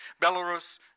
Belarus